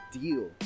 deal